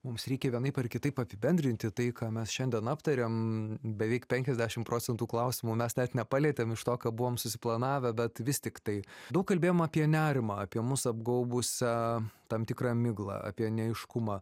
mums reikia vienaip ar kitaip apibendrinti tai ką mes šiandien aptarėm beveik penkiasdešim procentų klausimų mes net nepalietėm iš to ką buvom susiplanavę bet vis tiktai daug kalbėjom apie nerimą apie mus apgaubusią tam tikrą miglą apie neaiškumą